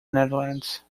netherlands